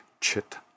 Chit